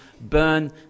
burn